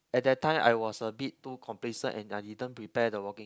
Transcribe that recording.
at that time I was a bit too complacent and I didn't prepare the walking